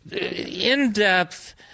in-depth